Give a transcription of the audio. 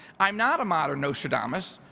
i'm not a modern nostradamus,